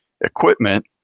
equipment